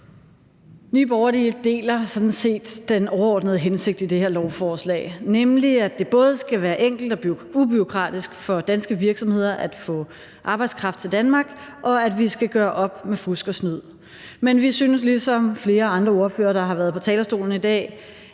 Nye Borgerlige deler sådan set den overordnede hensigt i det her lovforslag, nemlig at det både skal være enkelt og ubureaukratisk for danske virksomheder at få arbejdskraft til Danmark, og at vi skal gøre op med fusk og snyd, men vi synes ligesom flere andre ordførere, der har været på talerstolen i dag,